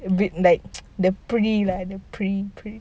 big like the pretty lah the pretty pretty